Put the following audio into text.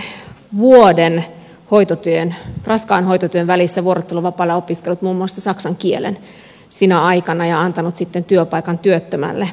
olen viettänyt vuoden raskaan hoitotyön välissä vuorotteluvapaalla ja opiskellut muun muassa saksan kielen sinä aikana ja antanut sitten työpaikan työttömälle